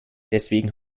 deswegen